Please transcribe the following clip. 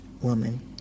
woman